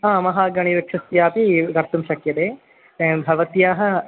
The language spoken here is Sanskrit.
हा महागणिवृक्षस्यापि कर्तुं शक्यते भवत्याः